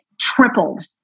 tripled